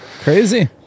Crazy